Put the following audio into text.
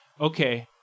okay